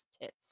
tits